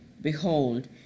Behold